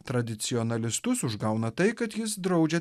tradicionalistus užgauna tai kad jis draudžia